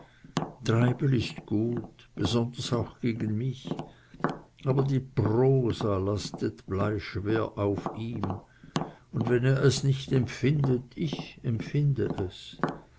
treibel ist gut besonders auch gegen mich aber die prosa lastet bleischwer auf ihm und wenn er es nicht empfindet ich empfinde es